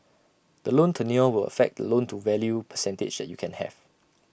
the loan tenure will affect the loan to value percentage that you can have